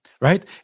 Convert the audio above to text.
right